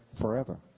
forever